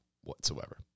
whatsoever